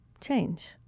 change